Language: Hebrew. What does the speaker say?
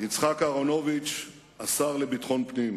יצחק אהרונוביץ, השר לביטחון פנים.